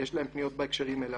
יש להם פניות בהקשרים האלה,